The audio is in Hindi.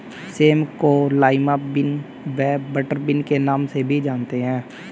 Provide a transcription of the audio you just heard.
सेम को लाईमा बिन व बटरबिन के नाम से भी जानते हैं